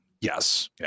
Yes